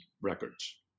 records